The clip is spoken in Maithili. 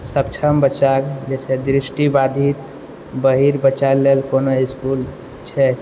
सक्षम बच्चा जे छै दृष्टिबाधित बहीर बच्चा लेल कोनो इसकुल छै